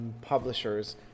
publishers